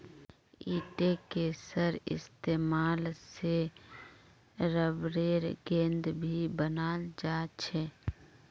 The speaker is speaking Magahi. लेटेक्सेर इस्तेमाल से रबरेर गेंद भी बनाल जा छे